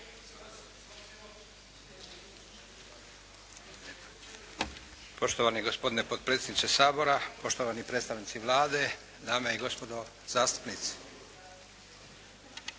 Poštovani gospodine potpredsjedniče Sabora, poštovani predstavnici Vlade, dame i gospodo zastupnici.